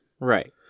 Right